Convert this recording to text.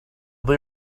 they